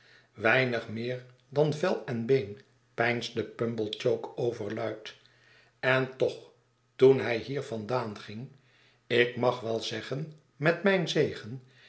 weinig meer dan vel en been peinsde pumblechook overluid entoch toen hij hier vandaan ging ik mag wel zeggen met mijn zegen